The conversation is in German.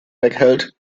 weghält